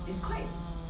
ah